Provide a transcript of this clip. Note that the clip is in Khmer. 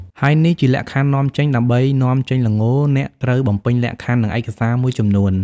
ហើយនេះជាលក្ខខណ្ឌនាំចេញ ដើម្បីនាំចេញល្ង អ្នកត្រូវបំពេញលក្ខខណ្ឌ និងឯកសារមួយចំនួន។